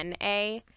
na